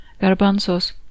garbanzos